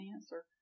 answer